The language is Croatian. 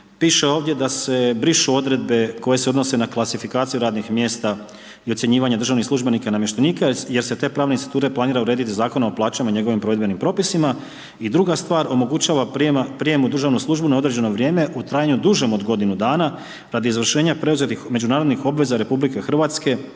piše ovdje da se brišu odredbe koje se odnose na klasifikaciju radnih mjesta i ocjenjivanje državnih službenika i namještenika jer se te pravne institute planira urediti Zakonom o plaćama i njegovim provedbenim propisima. I druga stvar, omogućava prijem u državnu službu na određeno vrijeme u trajanju dužem od godinu dana radi izvršenja preuzetih međunarodnih obveza RH ili